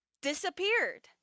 disappeared